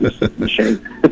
machine